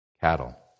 cattle